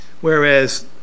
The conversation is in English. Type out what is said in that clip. Whereas